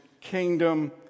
kingdom